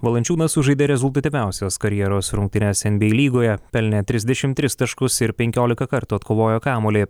valančiūnas sužaidė rezultatyviausias karjeros rungtynes nba lygoje pelnė trisdešim tris taškus ir penkiolika kartų atkovojo kamuolį